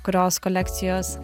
kurios kolekcijos